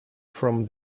from